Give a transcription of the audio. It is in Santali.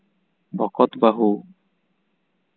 ᱵᱚᱠᱚᱛ ᱵᱟᱹᱦᱩ